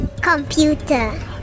Computer